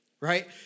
Right